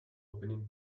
opinion